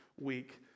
week